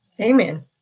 Amen